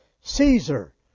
Caesar